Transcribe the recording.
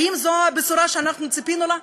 האם זו הבשורה שאנחנו ציפינו לה?